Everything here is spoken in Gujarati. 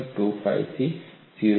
25 થી 0